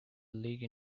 league